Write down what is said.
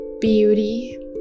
beauty